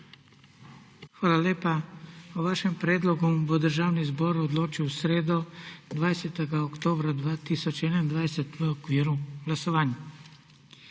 Hvala lepa. O vašem predlogu bo Državni zbor odločil v sredo, 20. oktobra 2021, v okviru glasovanj.